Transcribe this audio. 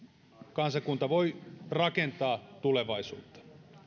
kansakunta voi rakentaa tulevaisuutta